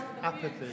apathy